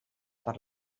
per